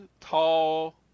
tall